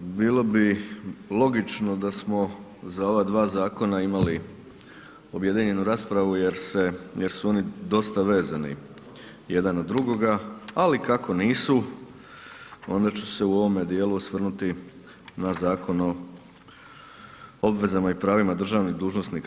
bilo bi logično da smo za ova 2 zakona imali objedinjenu raspravu jer su oni dosta vezani jedan na drugoga, ali kako nisu, onda ću se u ovome dijelu osvrnuti na Zakon o obvezama i pravima državnih dužnosnika.